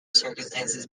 circumstances